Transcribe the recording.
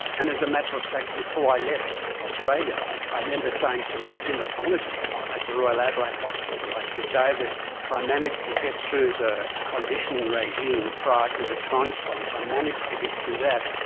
and as a matter of fact before i left australia i i remember saying to my haematologist at the royal adelaide hospital, i said, david, if ah i manage to get through the conditioning regime prior to the transplant, if i manage to get through that,